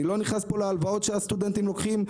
אני לא נכנס פה להלוואות שהסטודנטים לוקחים,